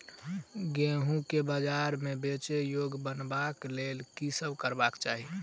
गेंहूँ केँ बजार मे बेचै योग्य बनाबय लेल की सब करबाक चाहि?